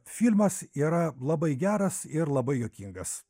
filmas yra labai geras ir labai juokingas